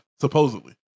Supposedly